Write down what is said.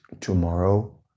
tomorrow